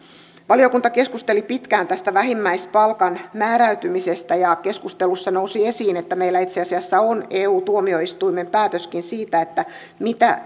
valiokunta keskusteli pitkään tästä vähimmäispalkan määräytymisestä ja keskustelussa nousi esiin että meillä itse asiassa on eu tuomioistuimen päätöskin siitä mitä